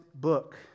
book